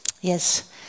Yes